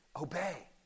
obey